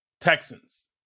Texans